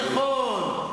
נכון,